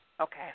okay